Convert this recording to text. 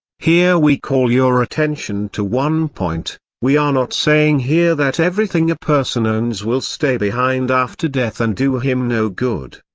here we call your attention to one point we are not saying here that everything a person owns will stay behind after death and do him no good.